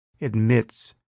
admits